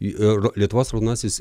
ir lietuvos raudonasis